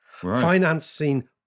financing